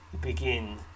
begin